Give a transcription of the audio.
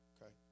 Okay